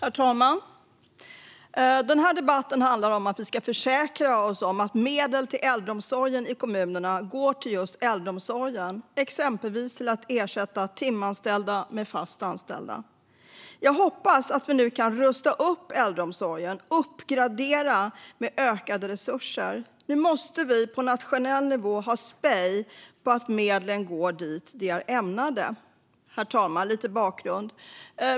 Herr talman! Denna debatt handlar om att vi ska försäkra oss om att medel till äldreomsorgen i kommunerna går till just äldreomsorgen, exempelvis till att ersätta timanställda med fast anställda. Jag hoppas att vi nu kan rusta upp och med ökade resurser uppgradera äldreomsorgen. Nu måste vi på nationell nivå ha spej på att medlen går till det som de är ämnade till. Herr talman! Låt mig ge lite bakgrund.